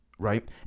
Right